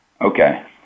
Okay